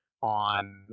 On